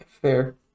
fair